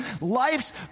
life's